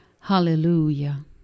Hallelujah